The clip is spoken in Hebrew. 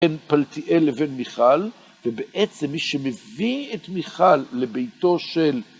בין פלטיאל לבין מיכל, ובעצם מי שמביא את מיכל לביתו של..